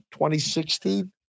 2016